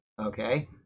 Okay